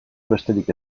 besterik